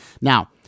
Now